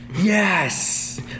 Yes